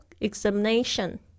examination